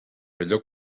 millor